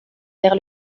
vers